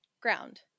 ground